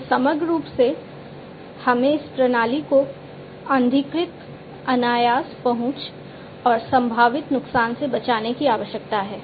हमें समग्र रूप से हमें इस प्रणाली को अनधिकृत अनायास पहुंच और संभावित नुकसान से बचाने की आवश्यकता है